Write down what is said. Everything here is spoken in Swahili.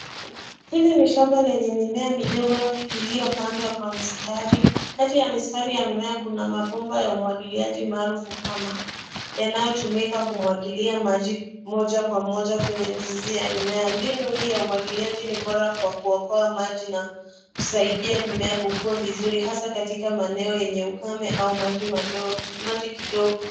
Hili ni shamba lenye mimea midogo iliyopandwa kwa mistari. Kati ya mistari ya mimea kuna mabomba ya umwagiliaji maarufu kama, yanayotumika kumwagilia maji moja kwa moja kwenye mizizi ya mimea. Mbinu hii ya umwagiliaji ni bora kwa kuokoa maji na kusaidia mimea kukua vizuri hasa katika maeneo yenye ukame au maji kidogo.